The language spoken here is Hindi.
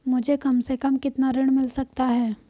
मुझे कम से कम कितना ऋण मिल सकता है?